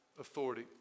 authority